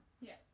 Yes